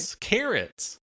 Carrots